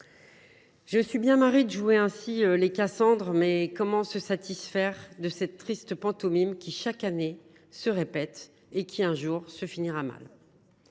Je suis bien marrie de jouer ainsi les Cassandre, mais comment se satisfaire de cette triste pantomime qui, chaque année, se répète et qui, un jour, finira mal ?